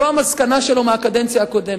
זו המסקנה שלו מהקדנציה הקודמת.